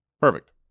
Perfect